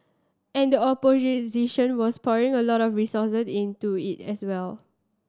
and the was pouring a lot of resource into it as well